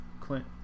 Clint –